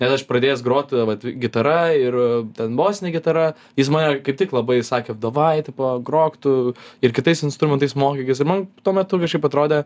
net aš pradėjęs grot vat gitara ir bosine gitara jis mane kaip tik labai sakė davai tipo grok tu ir kitais instrumentais mokykis ir man tuo metu kažkaip atrodė